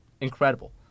incredible